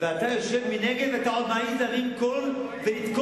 ואתה יושב מנגד ואתה עוד מעז להרים קול ולתקוף?